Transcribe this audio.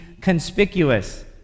conspicuous